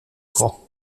grand